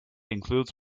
includes